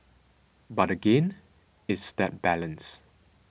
but again it's that balance